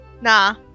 Nah